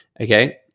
Okay